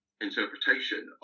interpretation